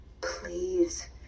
Please